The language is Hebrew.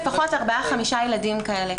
ארבעה-חמישה ילדים כאלה.